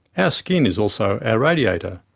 ah skin is also our radiator.